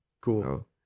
Cool